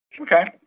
Okay